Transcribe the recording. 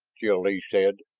jil-lee said.